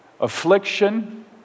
affliction